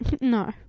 No